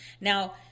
Now